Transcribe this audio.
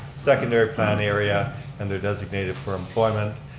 secondary plan area and they're designated for employment.